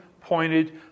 pointed